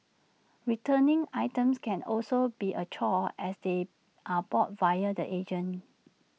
returning items can also be A chore as they are bought via the agent